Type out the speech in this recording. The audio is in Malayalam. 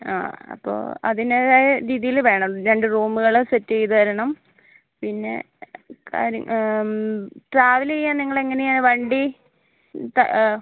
ആ അപ്പോൾ അതിൻ്റെതായ രീതിയിൽ വേണം രണ്ട് റൂമുകൾ സെറ്റ് ചെയ്ത് തരണം പിന്നെ കാര്യ ട്രാവൽ ചെയ്യാൻ നിങ്ങളെങ്ങനെയാണ് വണ്ടി ത